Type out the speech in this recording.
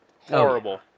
Horrible